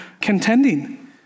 contending